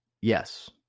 Yes